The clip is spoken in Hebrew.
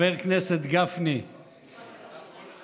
חבר הכנסת גפני, על יפתח,